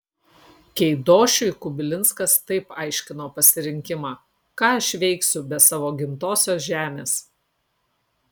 keidošiui kubilinskas taip aiškino pasirinkimą ką aš veiksiu be savo gimtosios žemės